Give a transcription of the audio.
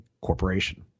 corporation